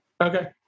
Okay